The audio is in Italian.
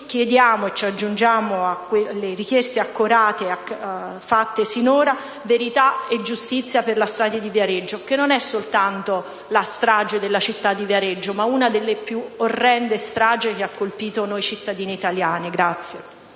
chiediamo - è ci aggiungiamo alle richieste accorate fatte - verità e giustizia per la strage di Viareggio, che non è soltanto la strage della città di Viareggio, ma una delle più orrende stragi che ha colpito noi cittadini italiani.